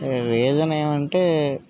reason ఏమి అంటే